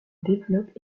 développe